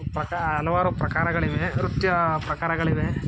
ಪ್ರಕ ಹಲವಾರು ಪ್ರಕಾರಗಳಿವೆ ನೃತ್ಯ ಪ್ರಕಾರಗಳಿವೆ